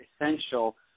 essential